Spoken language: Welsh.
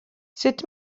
sut